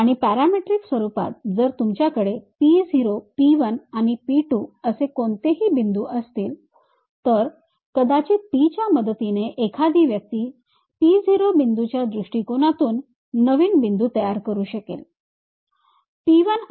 आणि पॅरामेट्रिक स्वरूपात जर तुमच्याकडे P 0 P 1 आणि P 2 असे कोणतेही बिंदू असतील तर कदाचित P च्या मदतीने एखादी व्यक्ती P 0 बिंदूच्या दृष्टीकोनातून नवीन बिंदू तयार करू शकेल